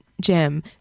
Jim